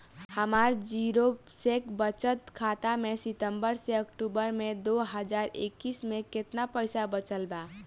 हमार जीरो शेष बचत खाता में सितंबर से अक्तूबर में दो हज़ार इक्कीस में केतना पइसा बचल बा?